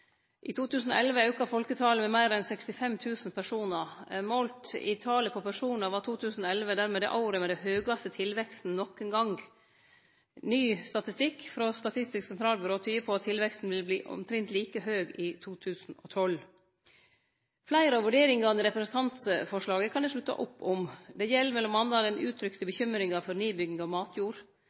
I 2011 auka folketalet med meir enn 65 000 personar. Målt i talet på personar var 2011 dermed året med den høgaste tilveksten nokon gong. Ny statistikk frå Statistisk sentralbyrå tyder på at tilveksten vil verte omtrent like høg i 2012. Fleire av vurderingane i representantforslaget kan eg slutte opp om. Det gjeld m.a. den uttrykte bekymringa for nedbygging av matjord.